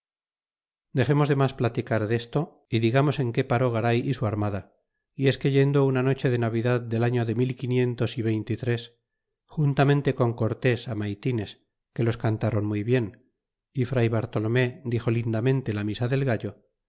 dexemos de mas platicar desto y digamos en qué paró garay y su armada y es que yendo una noche de navidad del ario de mil y quinientos é veinte y tres juntamente con cortés maytines que los cantron muy bien y fr bartolomé dixo lindamente la misa del gallo